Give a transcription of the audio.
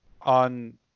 on